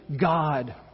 God